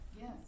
Yes